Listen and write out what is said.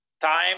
time